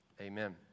Amen